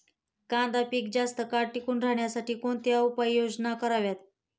कांदा पीक जास्त काळ टिकून राहण्यासाठी कोणत्या उपाययोजना कराव्यात?